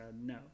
no